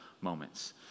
moments